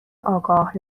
آگاه